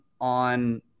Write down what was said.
on